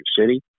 city